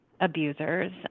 abusers